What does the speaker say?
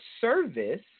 service